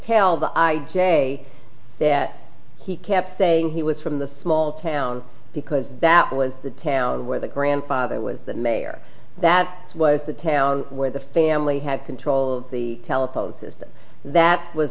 tell the i j there he kept saying he was from the small town because that was the town where the grandfather was the mayor that was the care where the family had control of the telephone system that was